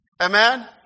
Amen